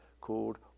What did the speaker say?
called